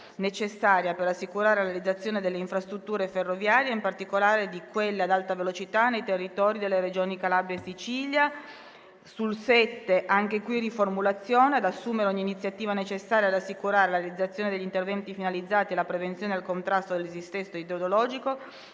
necessaria per assicurare la realizzazione delle infrastrutture ferroviarie e in particolare di quelle ad alta velocità nei territori delle Regioni Calabria e Sicilia». Sul punto 7 del dispositivo si propone la seguente riformulazione: «ad assumere ogni iniziativa necessaria ad assicurare la realizzazione degli interventi finalizzati alla prevenzione ed al contrasto del dissesto idrogeologico